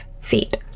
feet